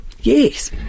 Yes